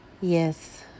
Yes